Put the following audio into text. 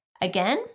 Again